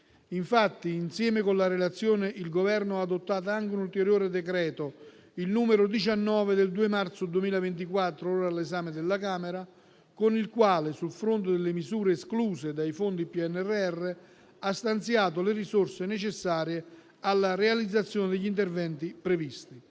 soste: insieme alla relazione, infatti, il Governo ha adottato anche il decreto-legge n. 19 del 2 marzo 2024, ora all'esame della Camera, con il quale, sul fronte delle misure escluse dai fondi del PNRR, ha stanziato le risorse necessarie alla realizzazione degli interventi previsti.